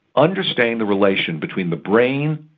understanding the relation between the brain,